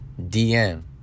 dm